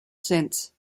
since